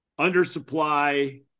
undersupply